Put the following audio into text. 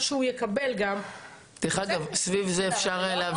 שהוא יקבל גם --- בסדר אבל זה לא או-או.